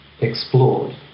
explored